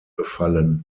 befallen